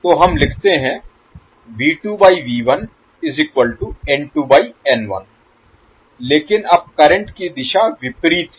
तो हम लिखते हैं लेकिन अब करंट की दिशा विपरीत है